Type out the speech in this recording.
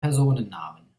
personennamen